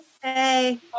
Hey